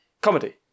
Comedy